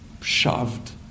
shoved